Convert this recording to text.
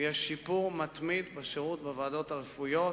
ויש שיפור מתמיד בשירות בוועדות הרפואיות.